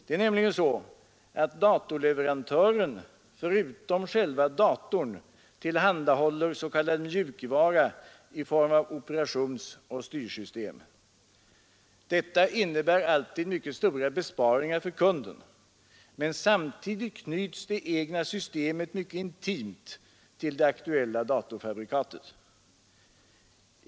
Det är nämligen så att datorleverantören förutom själva datorn tillhandahåller s.k. mjukvara i form av operationsoch styrsystem. Detta innebär alltid stora besparingar för kunden. Men samtidigt knyts det egna systemet mycket intimt till det aktuella datorfabrikatet.